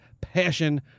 passion